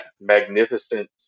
magnificent